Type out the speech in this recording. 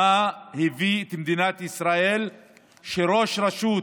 מה הביא את מדינת ישראל לכך שראש רשות